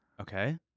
Okay